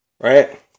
Right